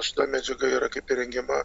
šita medžiaga yra kaip ir rengiama